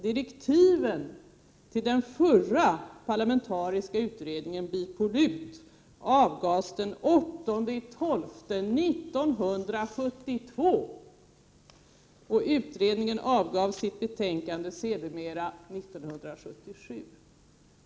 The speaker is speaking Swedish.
Direktiven till den förra parlamentariska utredningen, BIPOLUT, lämnades den 8 december 1972, och utredningen avgav sedermera sitt betänkande 1977.